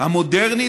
המודרנית,